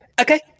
Okay